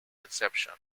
inception